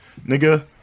Nigga